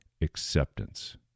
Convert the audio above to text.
Acceptance